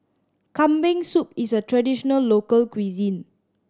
Kambing Soup is a traditional local cuisine